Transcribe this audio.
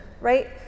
right